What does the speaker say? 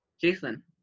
Jason